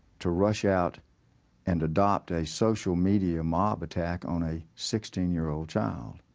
to rush out and adopt a social medium mob attack on a sixteen year old child.